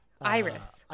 Iris